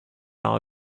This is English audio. all